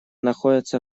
находятся